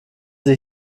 sie